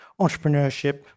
entrepreneurship